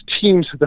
teams